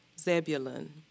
Zebulun